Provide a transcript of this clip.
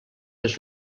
des